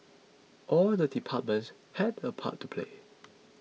all the departments had a part to play